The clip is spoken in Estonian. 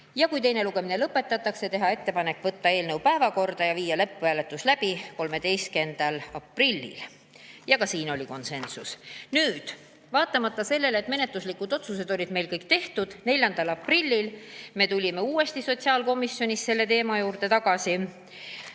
kui teine lugemine lõpetatakse, teha ettepanek võtta eelnõu päevakorda ja viia lõpphääletus läbi 13. aprillil, ka siin oli konsensus. Vaatamata sellele, et menetluslikud otsused olid meil kõik tehtud, tulime 4. aprillil sotsiaalkomisjonis selle teema juurde tagasi